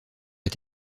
est